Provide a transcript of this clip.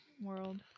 world